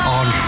on